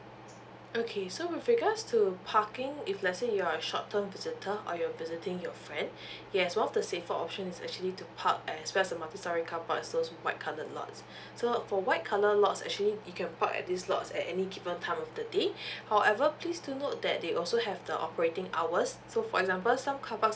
okay so with regards to parking if let's say you're a short term visitor or you're visiting your friend yes one of the safer option is actually to park as well as multi storey carpark those with white colour lots so for white colour lots is actually you can park at these lots at any given time of the day however please do note that they also have the operating hours so for example some carparks